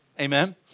Amen